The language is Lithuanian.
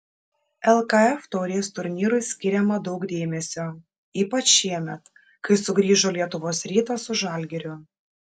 lkf taurės turnyrui skiriama daug dėmesio ypač šiemet kai sugrįžo lietuvos rytas su žalgiriu